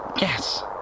yes